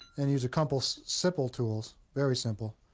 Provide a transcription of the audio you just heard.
and use a couple simple tools, very simple,